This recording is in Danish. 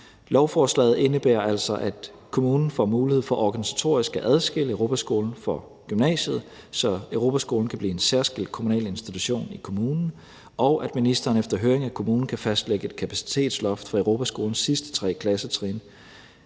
Lovforslaget indebærer altså, at kommunen får mulighed for at organisatorisk at adskille Europaskolen fra gymnasiet, så Europaskolen kan blive en særskilt kommunal institution i kommunen, og at ministeren efter høring af kommunen kan fastlægge et kapacitetsloft for Europaskolens sidste tre klassetrin,